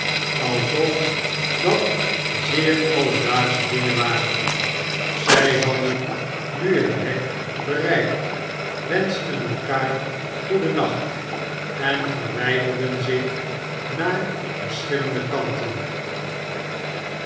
alsof dat zeer alledaagsche dingenwaren r zij hadden nu het hek bereikt wenschten elkander goeden nacht r en verwijderden zich naar verschilllende kanten